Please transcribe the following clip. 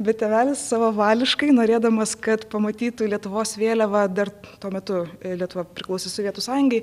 bet tėvelis savavališkai norėdamas kad pamatytų lietuvos vėliavą dar tuo metu lietuva priklausė sovietų sąjungai